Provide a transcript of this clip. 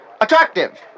attractive